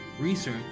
research